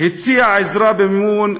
הציעה עזרה במימון ציאניד.